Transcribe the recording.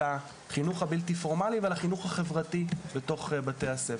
החינוך הבלתי פורמלי ועל החינוך החברתי בתוך בתי הספר.